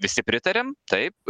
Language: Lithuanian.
visi pritariam taip